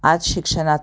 आज शिक्षणातून